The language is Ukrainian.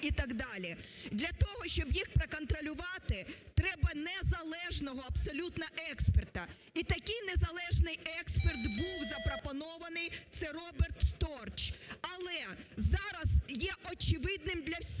Для того, щоб їх проконтролювати, треба незалежного абсолютно експерта. І такий незалежний експерт був запропонований – це Роберт Сторч. Але зараз є очевидним для всіх,